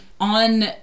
on